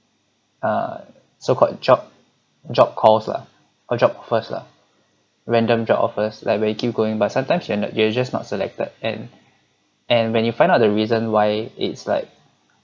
err so called job job calls lah or job offers lah random job offers like you keep going but sometimes you and you're just not selected and and when you find out the reason why it's like